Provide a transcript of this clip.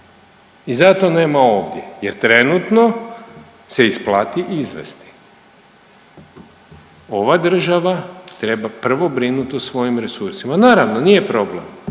i zato nema ovdje jer trenutno se isplati izvesti. Ova država treba prvo brinut o svojim resursima. Naravno nije problem,